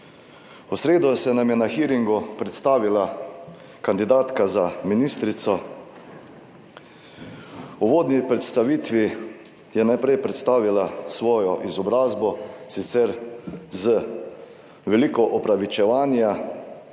V sredo se nam je na hearingu predstavila kandidatka za ministrico. V uvodni predstavitvi je najprej predstavila svojo izobrazbo, sicer z veliko opravičevanja.